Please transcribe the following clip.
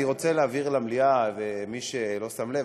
אני רוצה להבהיר למליאה: מי שלא שם לב,